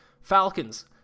Falcons